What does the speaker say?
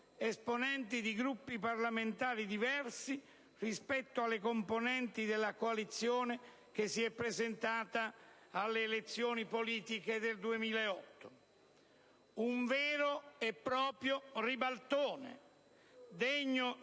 esponenti di Gruppi parlamentari diversi rispetto alle componenti della coalizione che si è presentata alle elezioni politiche del 2008. Un vero e proprio ribaltone, degno